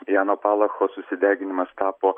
jano palacho susideginimas tapo